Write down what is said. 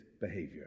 behavior